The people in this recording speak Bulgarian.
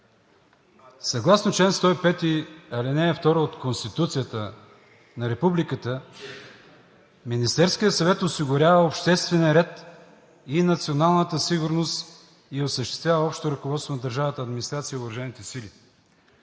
Съгласно чл. 105, ал. 2 от Конституцията на Републиката Министерският съвет осигурява обществения ред и националната сигурност, и осъществява общото ръководство на държавната администрация и